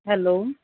hello